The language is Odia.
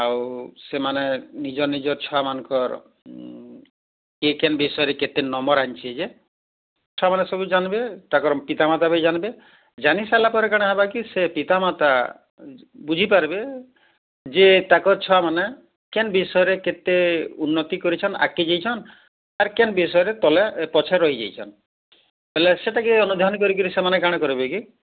ଆଉ ସେମାନେ ନିଜନିଜ ଛୁଆ ମାନଙ୍କର କେ କେନ ବିଷୟରେ କେତେ ନମ୍ବର ଆଣିଛି ଯେ ଛୁଆମାନେ ସବୁ ଜାଣିବେ ତାଙ୍କର ପିତାମାତା ବି ଜାଣିବେ ଜାଣି ସାରିଲା ପରେ କାଣା ହବ କି ସେ ପିତାମାତା ବୁଝି ପାରିବେ ଯେ ତାଙ୍କ ଛୁଆମାନେ କେନ ବିଷୟରେ କେତେ ଉନ୍ନତି କରିଛନ ଆଗକେ ଯାଇଛନ୍ ଅର କେନ୍ ବିଷୟରେ ତଲେ ପଛେ ରହି ଯାଇଛନ୍ ବୋଲେ ସେ ଟିକେ ଅନୁଧ୍ୟାନ କରି ସେମାନେ କଣ କରିବେ କି